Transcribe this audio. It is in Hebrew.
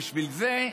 שבשביל זה,